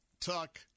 Tuck